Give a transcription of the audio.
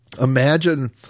Imagine